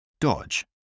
Dodge